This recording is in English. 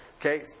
Okay